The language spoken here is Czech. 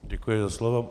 Děkuji za slovo.